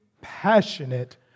passionate